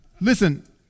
listen